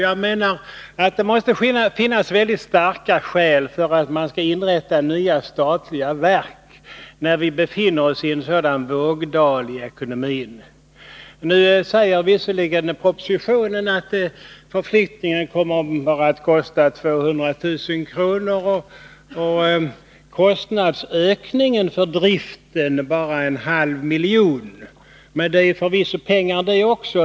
Det måste enligt min mening finnas väldigt starka skäl för att man skall inrätta nya statliga verk, när vi befinner oss i en sådan vågdal i ekonomin. I propositionen sägs visserligen att förflyttningen bara kommer att kosta 200 000 kr. och att kostnadsökningen för driften endast blir en halv miljon. Men det är förvisso pengar det också.